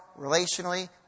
relationally